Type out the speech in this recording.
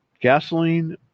Gasoline